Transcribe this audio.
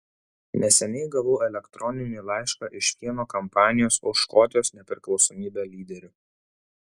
neseniai gavau elektroninį laišką iš vieno kampanijos už škotijos nepriklausomybę lyderių